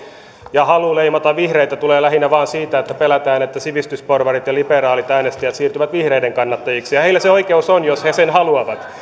ja halu leimata vihreitä tulee lähinnä vain siitä että pelätään että sivistysporvarit ja liberaalit äänestäjät siirtyvät vihreiden kannattajiksi heillä se oikeus on jos he sen haluavat